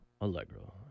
Allegro